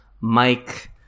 Mike